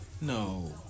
no